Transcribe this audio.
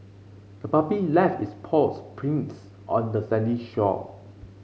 the puppy left its paw prints on the sandy shore